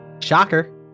shocker